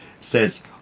says